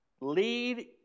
Lead